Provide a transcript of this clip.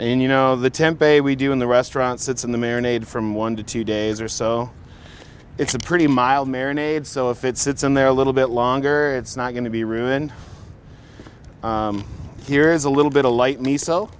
and you know the temp a we do in the restaurants that's in the marinated from one to two days or so it's a pretty mild marinated so if it sits in there a little bit longer it's not going to be ruined here is a little bit of light